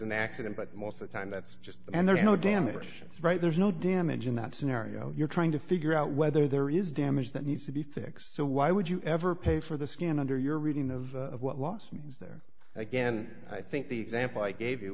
an accident but most of the time that's just and there's no damage right there's no damage in that scenario you're trying to figure out whether there is damage that needs to be fixed so why would you ever pay for the skin under your reading of what loss means there again i think the example i gave you